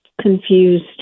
confused